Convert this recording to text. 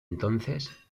entonces